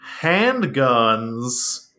Handguns